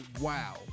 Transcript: Wow